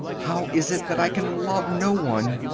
how is it that i can love no one?